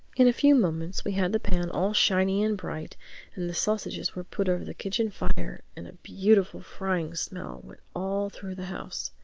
in a few moments we had the pan all shiny and bright and the sausages were put over the kitchen-fire and a beautiful frying smell went all through the house.